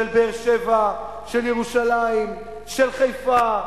של באר-שבע, של ירושלים, של חיפה,